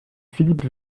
philippe